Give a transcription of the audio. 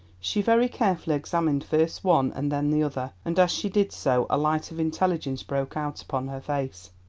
she very carefully examined first one and then the other, and as she did so a light of intelligence broke out upon her face.